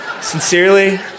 Sincerely